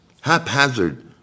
haphazard